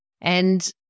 And-